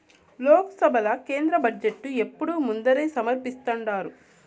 లోక్సభల కేంద్ర బడ్జెటు ఎప్పుడూ ముందరే సమర్పిస్థాండారు